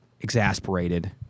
exasperated